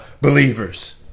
believers